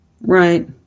Right